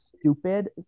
stupid